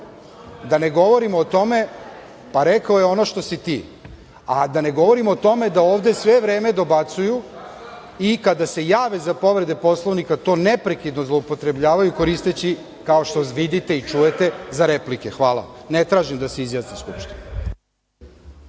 da mu izreknete opomenu. Pa rekao je – ono što si ti. A da ne govorimo o tome da ovde sve vreme dobacuju i kada se jave za povrede Poslovnika, to neprekidno zloupotrebljavaju koristeći, kao što vidite i čujete, za replike. Hvala. Ne tražim da se izjasni Skupština.